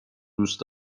دوست